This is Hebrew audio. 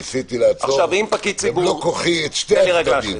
ניסיתי לעצור במלוא כוחי את שני הצדדים.